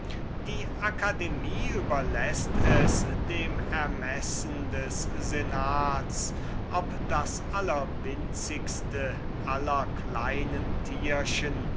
die akademie überläßt es dem ermessen des senats ob das allerwinzigste aller kleinen tierchen